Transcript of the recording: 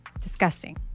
Disgusting